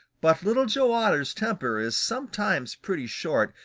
but little joe otter's temper is sometimes pretty short,